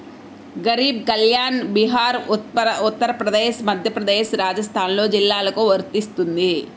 గరీబ్ కళ్యాణ్ బీహార్, ఉత్తరప్రదేశ్, మధ్యప్రదేశ్, రాజస్థాన్లోని జిల్లాలకు వర్తిస్తుంది